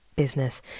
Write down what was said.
business